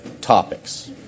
topics